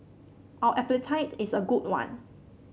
our appetite is a good one